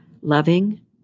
loving